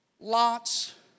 Lot's